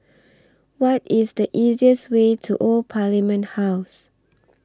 What IS The easiest Way to Old Parliament House